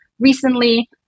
recently